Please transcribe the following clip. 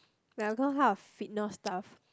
we're gonna have a fitness staff